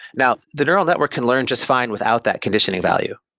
now the neural network can learn just fine without that conditioning value.